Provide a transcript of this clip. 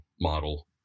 model